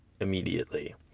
immediately